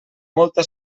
molta